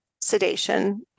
sedation